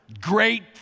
great